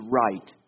right